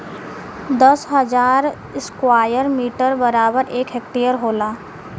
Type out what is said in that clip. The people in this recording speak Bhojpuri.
दस हजार स्क्वायर मीटर बराबर एक हेक्टेयर होला